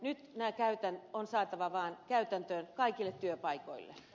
nyt nämä on saatava vaan käytäntöön kaikille työpaikoille